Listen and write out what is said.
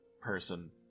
person